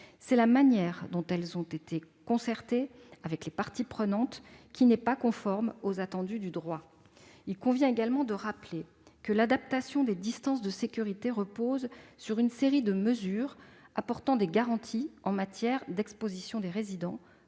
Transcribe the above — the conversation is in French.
C'est la manière dont elles ont été concertées, avec les parties prenantes, qui n'est pas conforme aux attendus du droit. Il convient également de rappeler que l'adaptation des distances de sécurité repose sur une série de mesures apportant des garanties en matière d'exposition des résidents